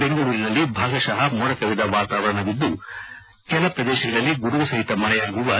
ಬೆಂಗಳೂರಿನಲ್ಲಿ ಭಾಗಶಃ ಮೋಡ ಕವಿದ ವಾತವರಣವಿದ್ದು ಕೆಲ ಪ್ರದೇಶಗಳಲ್ಲಿ ಗುಡುಗು ಸಹಿತ ಮಳೆಯಾಗುವ ಸಾಧ್ಯತೆ ಇದೆ